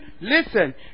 listen